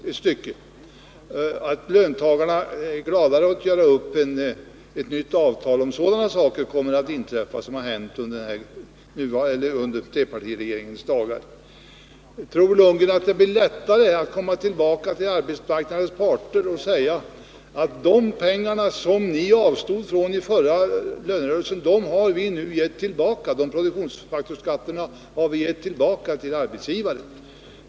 Tror Bo Lundgren att löntagarna har lättare för att göra upp ett nytt avtal, om sådana saker inträffar — det hände ju under trepartiregeringens dagar? Tror Bo Lundgren att det blir lättare att komma tillbaka till arbetstagarparten och säga att de pengar som ni avstod från under förra avtalsrörelsen har vi nu gett tillbaka till arbetsgivarna?